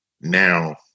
Now